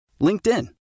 LinkedIn